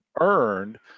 earned